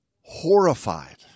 horrified